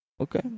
okay